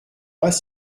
pas